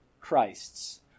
Christ's